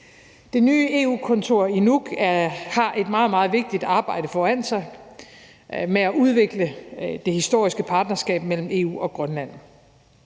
Det nye EU-kontor i Nuuk har et meget, meget vigtigt arbejde foran sig med at udvikle det historiske partnerskab mellem EU og Grønland.